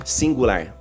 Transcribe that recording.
singular